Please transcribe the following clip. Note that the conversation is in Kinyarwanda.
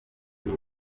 by’u